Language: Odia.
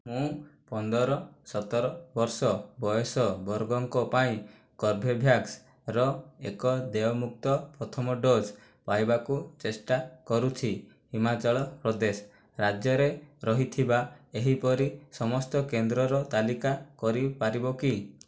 ମୁଁ ପନ୍ଦର ସତର ବର୍ଷ ବୟସ ବର୍ଗଙ୍କ ପାଇଁ କର୍ବେଭ୍ୟାକ୍ସର ଏକ ଦେୟମୁକ୍ତ ପ୍ରଥମ ଡୋଜ୍ ପାଇବାକୁ ଚେଷ୍ଟା କରୁଛି ହିମାଚଳ ପ୍ରଦେଶ ରାଜ୍ୟରେ ରହିଥିବା ଏହିପରି ସମସ୍ତ କେନ୍ଦ୍ରର ତାଲିକା କରିପାରିବ କି